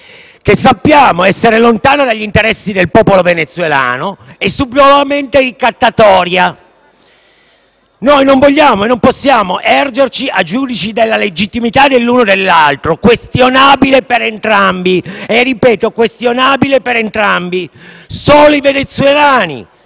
che sappiamo essere lontana dagli interessi del popolo venezuelano e subdolamente ricattatoria. Noi non vogliamo e non possiamo ergerci a giudici della legittimità dell'uno o dell'altro, questionabile per entrambi - e lo ripeto - questionabile per entrambi. Solo i venezuelani